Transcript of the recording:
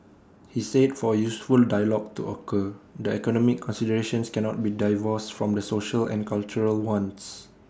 he said for A useful dialogue to occur the economic considerations cannot be divorced from the social and cultural ones